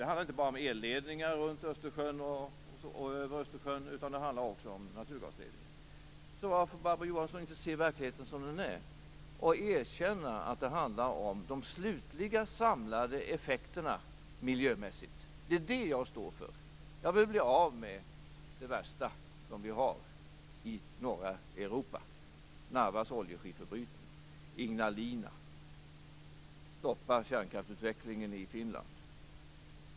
Det handlar inte bara om elledningar runt och över Östersjön, det handlar också om naturgasledningar. Så, Barbro Johansson, varför inte se verkligheten som den är och erkänna att det handlar om de slutliga, samlade miljömässiga effekterna? Det är det jag står för. Jag vill bli av med det värsta som vi har i norra Europa: Narvas oljeskifferbrytning och Ignalina. Jag vill stoppa kärnkraftsutvecklingen i Finland.